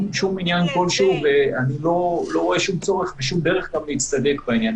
אני לא רואה שום דרך ושום צורך להצטדק בעניין